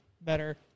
better